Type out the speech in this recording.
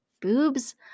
boobs